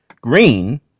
Green